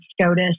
SCOTUS